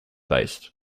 based